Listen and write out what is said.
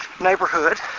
neighborhood